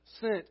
sent